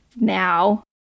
now